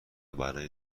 برای